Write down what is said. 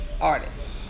artists